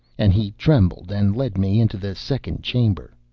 and he trembled and led me into the second chamber,